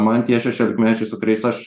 man tie šešiolikmečiai su kuriais aš